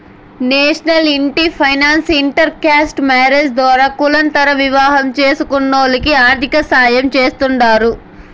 national ఇంటి finance inter caste marriages ద్వారా కులాంతర వివాహం చేస్కునోల్లకి ఆర్థికసాయం చేస్తాండారు